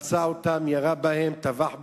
פצע אותם, ירה בהם, טבח בהם?